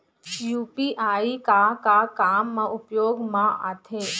UPI का का काम मा उपयोग मा आथे?